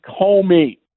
comey